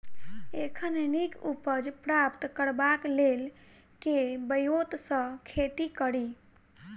एखन नीक उपज प्राप्त करबाक लेल केँ ब्योंत सऽ खेती कड़ी?